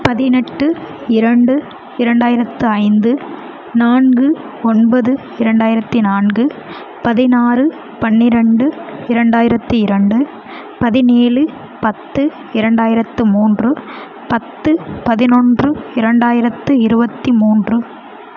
பதினெட்டு இரண்டு இரண்டாயிரத்து ஐந்து நான்கு ஒன்பது இரண்டாயிரத்தி நான்கு பதினாறு பன்னிரெண்டு இரண்டாயிரத்தி இரண்டு பதினேழு பத்து இரண்டாயிரத்து மூன்று பத்து பதினொன்று இரண்டாயிரத்து இருபத்தி மூன்று